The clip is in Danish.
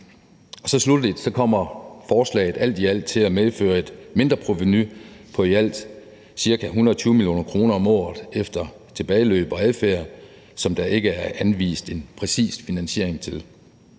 Sluttelig kommer forslaget alt i alt til at medføre et mindreprovenu på i alt ca. 120 mio. kr. om året efter tilbageløb og adfærd, som der ikke er anvist en præcis finansiering af.